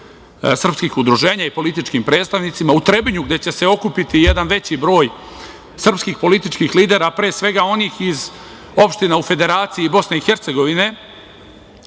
srpskih udruženja i političkim predstavnicima, u Trebinju gde će se okupiti jedan veći broj srpskih političkih lidera, pre svega onih iz opština u Federaciji i BiH,